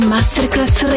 Masterclass